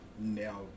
now